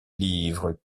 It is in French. livres